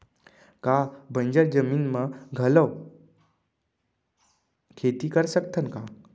का बंजर जमीन म घलो खेती कर सकथन का?